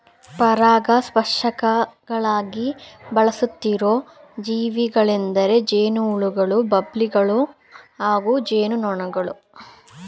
ಪರಾಗಸ್ಪರ್ಶಕಗಳಾಗಿ ಬಳಸುತ್ತಿರೋ ಜೀವಿಗಳೆಂದರೆ ಜೇನುಹುಳುಗಳು ಬಂಬಲ್ಬೀಗಳು ಹಾಗೂ ಜೇನುನೊಣಗಳು